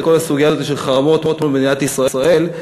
כל הסוגיה הזאת של חרמות על מדינת ישראל,